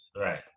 Right